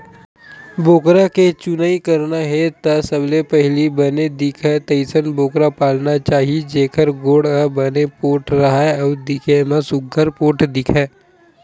बोकरा के चुनई करना हे त सबले पहिली बने दिखय तइसन बोकरा पालना चाही जेखर गोड़ ह बने पोठ राहय अउ दिखे म सुग्घर पोठ दिखय